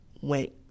went